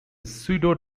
pseudo